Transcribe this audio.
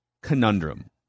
conundrum